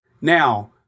Now